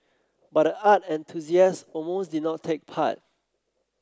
but the art enthusiast almost did not take part